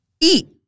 Eat